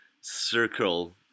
circle